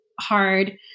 hard